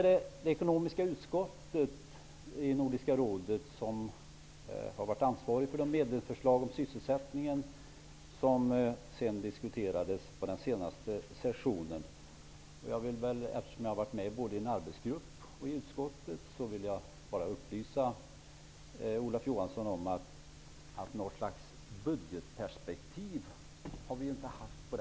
Det ekonomiska utskottet i Nordiska rådet har varit ansvarigt för de medlemsförslag om sysselsättningen som diskuterades vid den senaste sessionen. Eftersom jag har deltagit både i en arbetsgrupp och i utskottet vill jag bara upplysa Olof Johansson om att vi inte har haft något slags budgetperspektiv på den frågan.